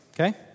Okay